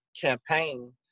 campaign